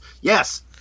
yes